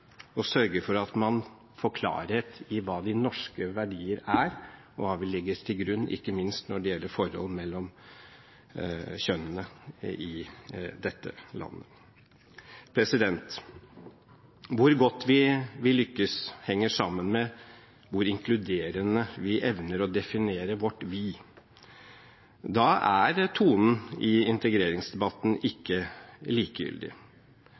å sørge for at man får klarhet i hva de norske verdier er, og hva vi legger til grunn når det gjelder forhold mellom kjønnene i dette landet, ikke minst. Hvor godt vi lykkes, henger sammen med hvor inkluderende vi evner å definere vårt «vi» til å være. Da er tonen i integreringsdebatten ikke likegyldig.